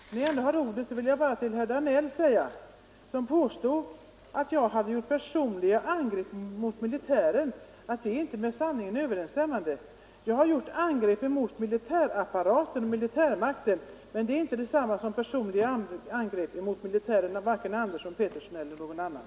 När jag ändå har ordet, vill jag säga till herr Danell, som påstod att jag hade gjort personliga angrepp mot militären, att det är inte med sanningen överensstämmande. Jag har angripit militärapparaten, men det är inte detsamma som personliga angrepp mot militärerna — varken Andersson, Pettersson eller någon annan.